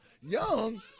Young